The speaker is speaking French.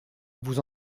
vous